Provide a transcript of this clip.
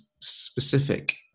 specific